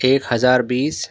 ایک ہزار بیس